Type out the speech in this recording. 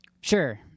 Sure